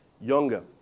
younger